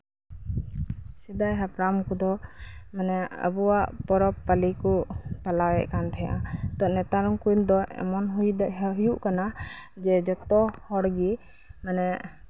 ᱥᱮᱫᱟᱭ ᱦᱟᱯᱲᱟᱢ ᱠᱚᱫᱚ ᱢᱟᱱᱮ ᱟᱵᱚᱣᱟᱜ ᱯᱚᱨᱚᱵᱽ ᱯᱟᱹᱞᱤ ᱠᱚ ᱪᱟᱞᱟᱣ ᱮᱫ ᱠᱟᱱ ᱛᱟᱸᱦᱮᱱᱟ ᱱᱮᱛᱟᱨ ᱫᱚ ᱮᱢᱚᱱ ᱦᱩᱭᱩᱜ ᱠᱟᱱᱟ ᱡᱠᱮ ᱡᱚᱛ ᱦᱚᱲᱜᱮ ᱢᱟᱱᱮ